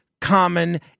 common